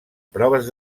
proves